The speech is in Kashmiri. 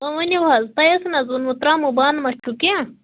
اۭں ؤنِو حظ تۄہہِ اوسُو نہ حظ اوٚنمُت ترٛاموٗ بانہٕ ما چھُو کیٚنٛہہ